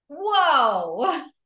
whoa